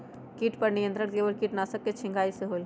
किट पर नियंत्रण केवल किटनाशक के छिंगहाई से होल?